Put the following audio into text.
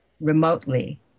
remotely